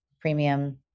premium